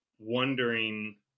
wondering